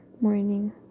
morning